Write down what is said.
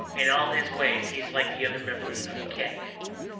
in all his ways he is like the other members of the cat family.